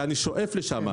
ואני שואף לשם.